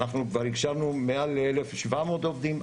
אנחנו הכשרנו כבר מעל 1,700 עובדים,